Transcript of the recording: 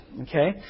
okay